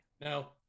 No